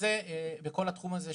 בתחום של